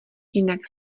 jinak